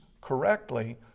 correctly